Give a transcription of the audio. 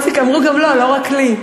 איציק, אמרו גם לו, לא רק לי.